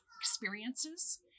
experiences